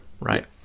right